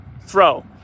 throw